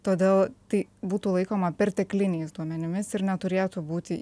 todėl tai būtų laikoma pertekliniais duomenimis ir neturėtų būti